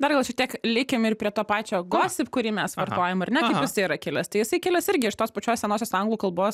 dar gal šiek tiek likim ir prie to pačio gosip kurį mes vartojam ar ne kaip jisai yra kilęs tai jisai kilęs irgi iš tos pačios senosios anglų kalbos